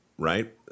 right